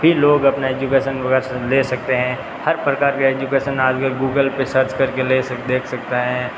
भी लोग अपना एजुकेसन वग़ैरह सब ले सकते हैं हर प्रकार के एजुकेसन आज ये गूगल पे सर्च कर के ले सकते देख सकता है